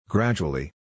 Gradually